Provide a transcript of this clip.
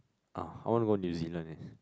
oh I want to go New-Zealand eh